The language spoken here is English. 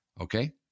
Okay